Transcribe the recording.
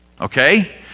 okay